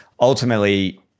ultimately